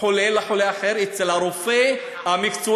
חולה לחולה אחר אצל הרופא המקצועי,